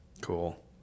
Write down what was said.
cool